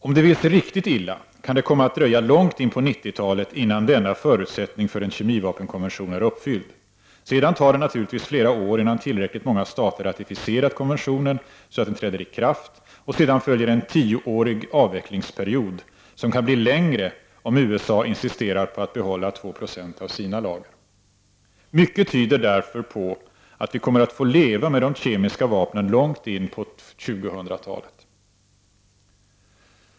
Om det vill sig riktigt illa kan det komma att dröja långt in på 90-talet innan denna förutsättning för en kemivapenkonvention är uppfylld. Sedan tar det naturligtvis flera år innan tillräckligt många stater ratificerat konventionen, så att den träder i kraft, och sedan följer en tioårig avvecklingsperiod, som kan bli längre om USA insisterar på att behålla 2 20 av sina lager. Mycket tyder därför på att vi kommer att få leva med de kemiska vapnen långt in på 2000-talet.